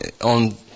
on